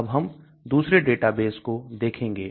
अब हम दूसरे डेटाबेस को देखेंगे